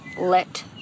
let